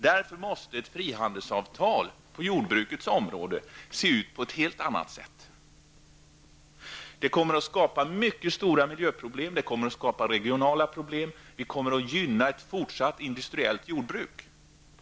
Därför måste ett frihandelsavtal när det gäller jordbrukets område se ut på ett helt annat sätt, annars kommer ett sådant avtal att skapa mycket stora miljöproblem och regionala problem. Dessutom kommer ett sådant avtal att gynna ett fortsatt industriellt jordbruk.